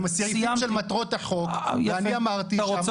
זה מהסעיפים של מטרות החוק ואני אמרתי שהמטרות --- יפה,